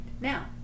now